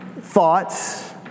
thoughts